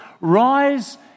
Rise